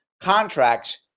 contracts